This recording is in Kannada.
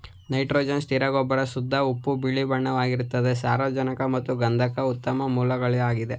ನೈಟ್ರೋಜನ್ ಸ್ಥಿರ ಗೊಬ್ಬರ ಶುದ್ಧ ಉಪ್ಪು ಬಿಳಿಬಣ್ಣವಾಗಿರ್ತದೆ ಸಾರಜನಕ ಮತ್ತು ಗಂಧಕದ ಉತ್ತಮ ಮೂಲಗಳಾಗಿದೆ